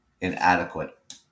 Inadequate